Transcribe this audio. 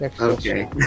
Okay